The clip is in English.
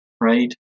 right